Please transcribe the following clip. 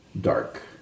dark